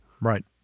Right